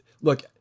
look